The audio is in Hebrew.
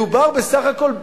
מדובר בסך הכול,